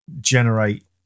generate